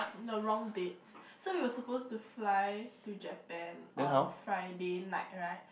the wrong dates so we were supposed to fly to Japan on Friday night right